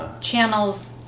channels